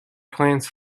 plans